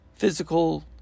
physical